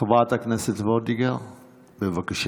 חברת הכנסת וולדיגר, בבקשה.